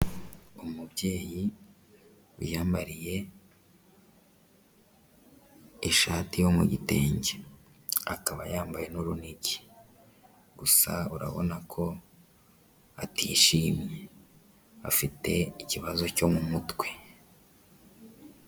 Umubyeyi wiyambariye ishati yo mu gitenge, akaba yambaye n'urunigi, gusa urabona ko atishimye, afite ikibazo cyo mu mutwe.